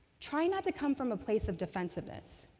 try not to come from a place of defensiveness.